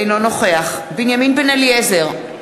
אינו נוכח בנימין בן-אליעזר,